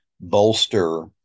bolster